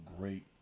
great